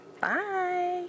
Bye